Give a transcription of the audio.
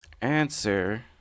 answer